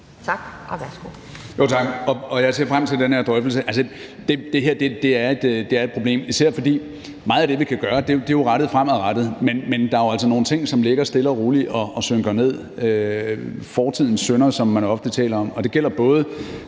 Tak. Og værsgo.